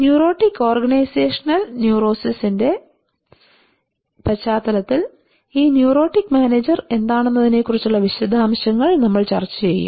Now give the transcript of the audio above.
neurotic organisational ന്യൂറോസിസിന്റെ പശ്ചാത്തലത്തിൽ ഈ ന്യൂറോട്ടിക് മാനേജർ എന്താണെന്നതിനെക്കുറിച്ചുള്ള വിശദാംശങ്ങൾ നമ്മൾ ചർച്ച ചെയ്യും